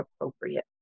appropriate